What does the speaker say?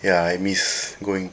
ya I miss going